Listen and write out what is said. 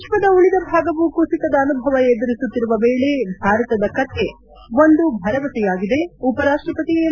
ವಿಶ್ವದ ಉಳಿದ ಭಾಗವು ಕುಸಿತದ ಅನುಭವ ಎದುರಿಸುತ್ತಿರುವ ವೇಳೆ ಭಾರತದ ಕಥೆ ಒಂದು ಭರವಸೆಯಾಗಿದೆ ಉಪರಾಷ್ಷಪತಿ ಎಂ